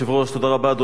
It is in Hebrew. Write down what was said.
אדוני השר,